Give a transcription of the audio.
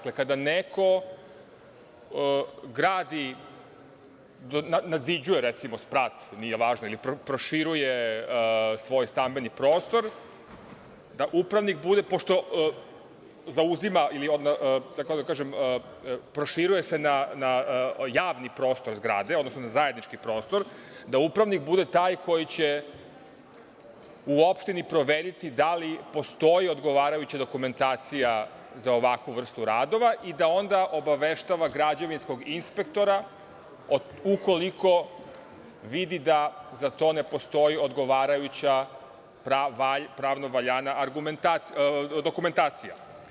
Kada neko gradi, nadziđuje sprat, nije važno, ili proširuje svoj stambeni prostor, da upravnik bude, pošto zauzima, proširuje se na javni prostor zgrade, odnosno na zajednički prostor, taj koji će u opštini proveriti da li postoji odgovarajuća dokumentacija za ovakvu vrstu radova i da onda obaveštava građevinskog inspektora ukoliko vidi da za to ne postoji odgovarajuća pravno valjana dokumentacija.